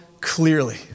clearly